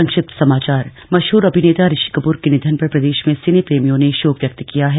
संक्षिप्त समाचार मशहूर अभिनेता ऋषि कपूर के निधन पर प्रदेश में सिने प्रेमियों ने शोक व्यक्त किया है